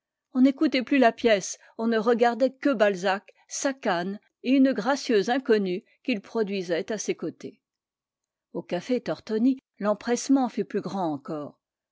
on n'écoutait plus la pièce on ne regardait que balzac sa canne et une gracieuse inconnue qu'il produisait à ses côtés o au café tortoni l'empressement fut plus grand encore